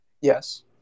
Yes